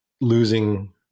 losing